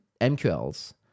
MQLs